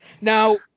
Now